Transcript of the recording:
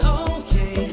okay